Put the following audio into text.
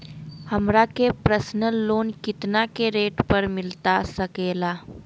हमरा के personal loan कितना के रेट पर मिलता सके ला?